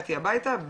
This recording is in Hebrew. הגעתי הביתה,